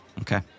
Okay